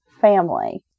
family